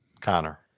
Connor